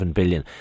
billion